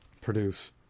produce